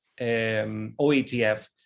OETF